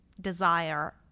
desire